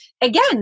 again